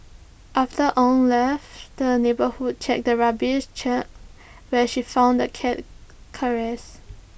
after Ow left the neighbourhood checked the rubbish chute where she found the cat's carcass